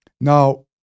Now